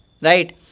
right